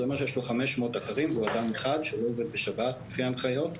זה אומר שיש לו 500 אתרים והוא אדם אחד שלא עובד בשבת לפי ההנחיות,